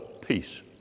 peace